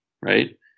right